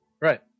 Right